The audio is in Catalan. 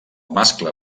mascle